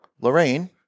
Lorraine